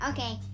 Okay